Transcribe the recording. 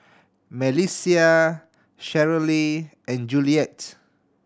Melissia Cheryle and Juliet